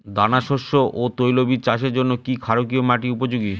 দানাশস্য ও তৈলবীজ চাষের জন্য কি ক্ষারকীয় মাটি উপযোগী?